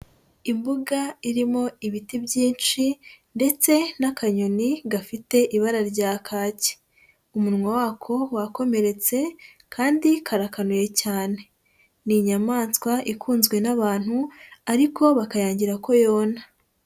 Imbuga irimo ibiti byinshi, ndetse n'akanyoni gafite ibara rya kacye, umunwa wako wakomeretse kandi karakanuye cyane, ni inyamaswa ikunzwe n'abantu ariko bakayangira ko yona.